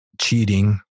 cheating